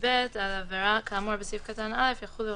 (ב)על עבירה כאמור בסעיף קטן (א) יחולו